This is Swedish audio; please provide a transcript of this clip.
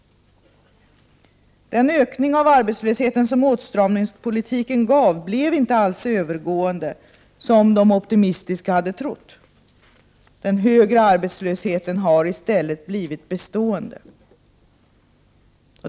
Den ökning av arbetslösheten som åtstramningspolitiken gav blev inte alls övergående — så som de optimistiska hade trott. Den högre arbetslösheten har i stället blivit bestånde.